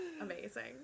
amazing